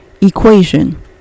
equation